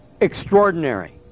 extraordinary